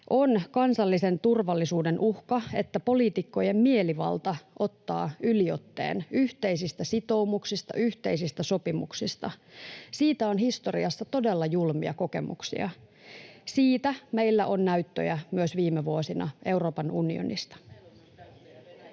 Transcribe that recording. On kansallisen turvallisuuden uhka, että poliitikkojen mielivalta ottaa yliotteen yhteisistä sitoumuksista, yhteisistä sopimuksista. Siitä on historiassa todella julmia kokemuksia. Siitä meillä on näyttöjä myös viime vuosina Euroopan unionista.